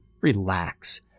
Relax